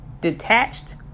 detached